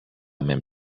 même